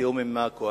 לתיאום עם הקואליציה.